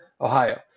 Ohio